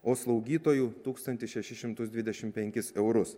o slaugytojų tūkstantį šešis šimtus dvidešim penkis eurus